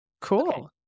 Cool